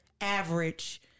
average